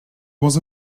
was